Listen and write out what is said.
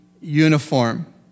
uniform